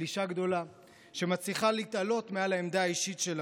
אישה גדולה שמצליחה להתעלות מעל העמדה האישית שלה,